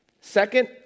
Second